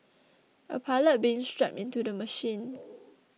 a pilot being strapped into the machine